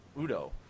Udo